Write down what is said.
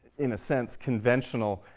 in a sense, conventional,